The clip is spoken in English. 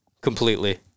completely